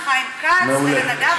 לחיים כץ ולנדב ולשר האוצר.